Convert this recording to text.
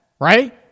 right